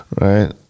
Right